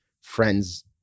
friends